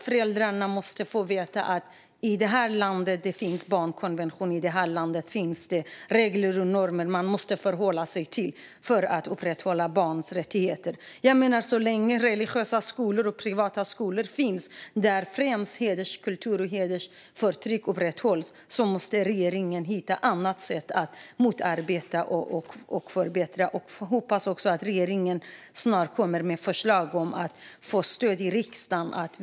Föräldrarna måste få veta att barnkonventionen är lag i det här landet och att det finns regler och normer som man måste hålla sig till för att upprätthålla barns rättigheter. Så länge religiösa och privata skolor finns och upprätthåller hederskultur och hedersförtryck måste regeringen hitta andra sätt att motarbeta det och förbättra. Jag hoppas också att regeringen snart kommer med förslag som får stöd i riksdagen.